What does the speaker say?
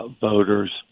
voters